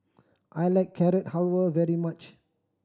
I like Carrot Halwa very much